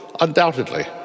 Undoubtedly